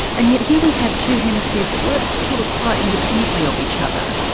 and yet here we have two hemispheres that work sort of quite independently of each other,